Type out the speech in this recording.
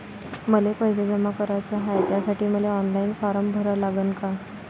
मले पैसे जमा कराच हाय, त्यासाठी मले ऑनलाईन फारम भरा लागन का?